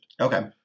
Okay